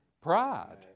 Pride